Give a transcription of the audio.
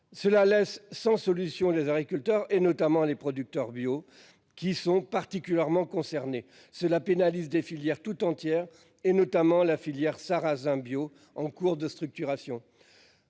Cela laisse sans solution. Les agriculteurs et notamment les producteurs bio qui sont particulièrement concernés, cela pénalise des filières toute entière et notamment la filière sarrasin bio en cours de structuration.